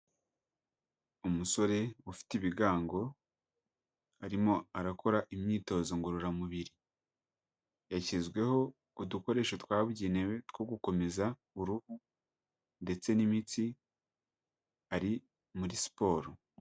Umusore ufite ibigango arimo arakora imyitozo ngororamubiri yashyizeho udukoresho twabugenewe two gukomeza uruhu ndetse n'imitsi ari muri siporo.